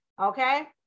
Okay